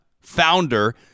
founder